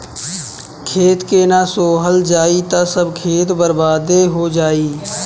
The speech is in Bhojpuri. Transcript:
खेत के ना सोहल जाई त सब खेत बर्बादे हो जाई